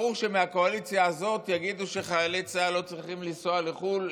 ברור שמהקואליציה הזאת יגידו שחיילי צה"ל לא צריכים לנסוע לחו"ל.